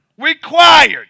required